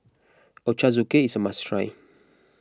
Ochazuke is a must try